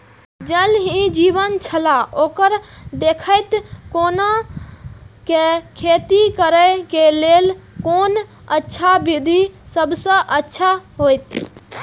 ज़ल ही जीवन छलाह ओकरा देखैत कोना के खेती करे के लेल कोन अच्छा विधि सबसँ अच्छा होयत?